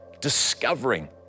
discovering